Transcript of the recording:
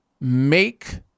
make